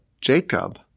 Jacob